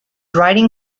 writing